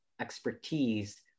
expertise